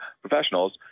professionals